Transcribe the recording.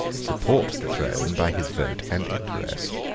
support the throne by his vote and interest.